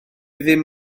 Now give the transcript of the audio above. ddim